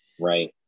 Right